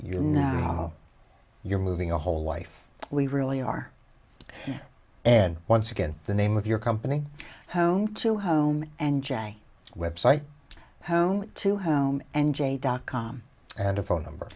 know you're moving a whole life we really are and once again the name of your company home to home and jay website home to home n j dot com and a phone number